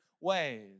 ways